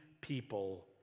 people